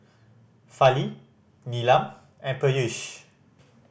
Fali Neelam and Peyush